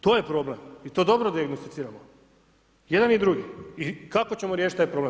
To je problem, i to dobro dijagnosticiramo, jedan i drugi, i kako ćemo riješiti taj problem?